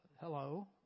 hello